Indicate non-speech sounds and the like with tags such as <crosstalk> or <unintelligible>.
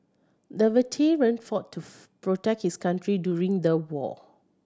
the veteran fought to <unintelligible> protect his country during the war